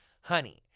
Honey